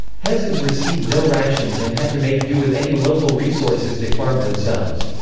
peasants received no rations and had to make do with any local resources they farmed themselves.